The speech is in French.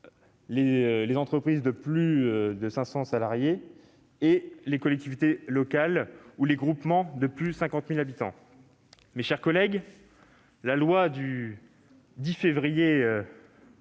les entreprises de plus de 500 salariés et les collectivités locales ou leurs groupements de plus de 50 000 habitants. Mes chers collègues, la loi du 10 février 2020